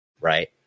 Right